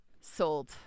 sold